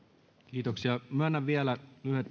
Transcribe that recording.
kiitoksia myönnän vielä lyhyet